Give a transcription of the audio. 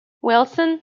wilson